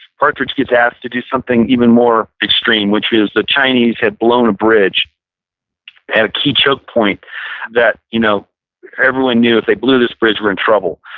partridge gets asked to do something even more extreme which is the chinese had blown a bridge at a key choke point that you know everyone knew, if they blew this bridge, we were in trouble.